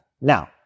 Now